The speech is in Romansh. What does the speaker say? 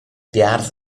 biars